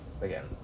again